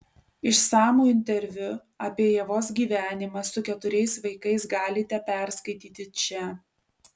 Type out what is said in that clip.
išsamų interviu apie ievos gyvenimą su keturiais vaikais galite perskaityti čia